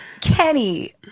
Kenny